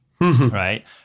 right